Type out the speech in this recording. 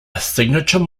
signature